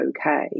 okay